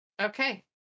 okay